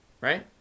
right